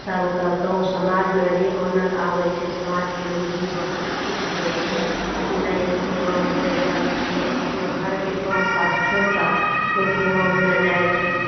सबके गाँव समाजमे भी आनन्द आबय छै समाजके लोग भी बहुत खुश होइ छै की नहि यहाँ प्रोग्राम होइ रहल छै लोग अपना घरके काम काज छोड़िके ओइ प्रोग्राममे जाइ छै